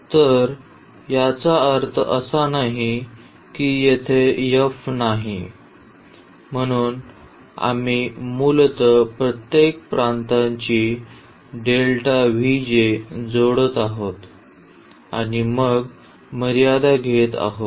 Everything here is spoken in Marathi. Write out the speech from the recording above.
तर याचा अर्थ असा नाही की येथे f नाही म्हणून आम्ही मूलतः प्रत्येक प्रांताची जोडत आहोत आणि मग मर्यादा घेत आहोत